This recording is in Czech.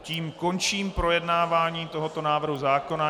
Tím končím projednávání tohoto návrhu zákona.